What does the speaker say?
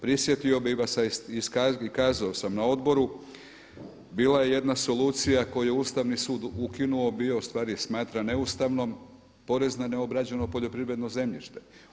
Prisjetio bi vas, a i kazao sam na odboru bila je jedna solucija koju je Ustavni sud ukinuo bio, ustvari smatra neustavnom porez na neobrađeno poljoprivredno zemljišta.